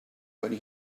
when